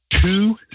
Two